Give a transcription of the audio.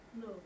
No